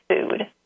food